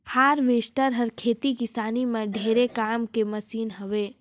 harvester हर खेती किसानी में ढेरे काम के मसीन हवे